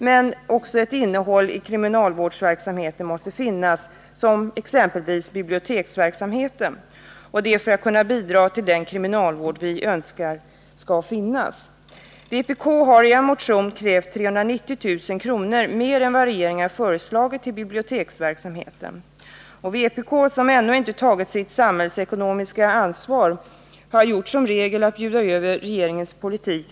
Men det måste också finnas ett innehåll i kriminalvårdsverksamheten, t.ex. biblioteksverksamhet, för att vi skall kunna bidra till den kriminalvård vi önskar ha. Vpk har i en motion krävt 390 000 kr. mer än vad regeringen föreslagit till biblioteksverksamheten. Vpk, som ännu inte har tagit sitt samhällsekonomiska ansvar, har gjort till regel att när det passar bjuda över regeringens politik.